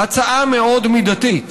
הצעה מאוד מידתית.